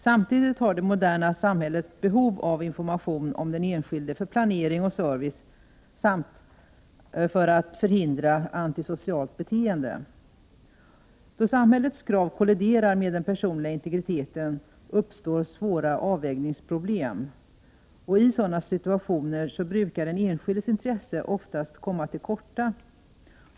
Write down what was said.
Samtidigt har det moderna samhället behov av information om den enskilde för planering och service samt för att förhindra asocialt beteende. Då samhällets krav kolliderar med den personliga integriteten uppstår svåra avvägningsproblem. I sådana situationer brukar den enskildes intres Prot. 1988/89:104 sen oftast komma till korta.